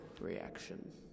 reaction